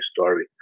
story